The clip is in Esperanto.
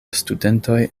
studentoj